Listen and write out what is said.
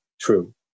true